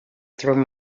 through